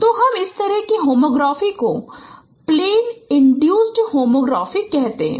तो हम इस तरह की होमोग्राफी को प्लेन इन्ड्यूसड होमोग्राफी कहते हैं